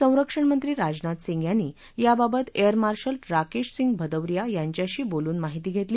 संरक्षणमंत्री राजनाथ सिंग यांनी याबाबत एअर मार्शल राकेश सिंग भदौरिया यांच्याशी बोलून माहिती घेतली